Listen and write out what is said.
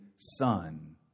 Son